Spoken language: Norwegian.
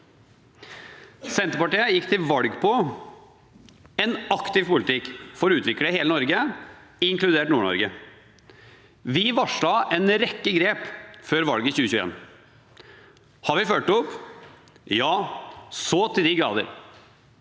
Senterpartiet gikk til valg på en aktiv politikk for å utvikle hele Norge, inkludert Nord-Norge. Vi varslet en rekke grep før valget i 2021. Har vi fulgt opp? Ja, så til de grader.